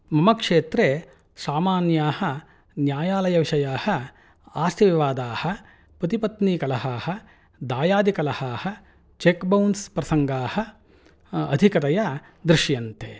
मम क्षेत्रे सामान्याः न्यायालयविषयाः आशीर्वादाः प्रतिपत्नीकलाः दायादिकलाः चेक् बौन्स् प्रसङ्गाः अधिकतया दृश्यन्ते